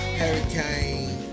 hurricane